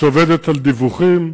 שעובדת על דיווחים,